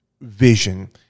vision